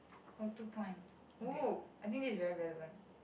or two points !oo! I think this is very relevant